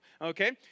okay